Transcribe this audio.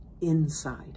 inside